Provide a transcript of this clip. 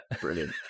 Brilliant